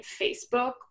Facebook